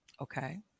okay